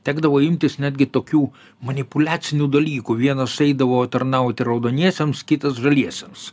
tekdavo imtis netgi tokių manipuliacinių dalykų vienas eidavo tarnauti raudoniesiems kitas žaliesiems